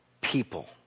people